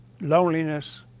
loneliness